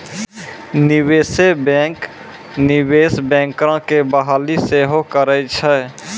निवेशे बैंक, निवेश बैंकरो के बहाली सेहो करै छै